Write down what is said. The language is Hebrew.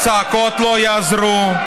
הצעקות לא יעזרו.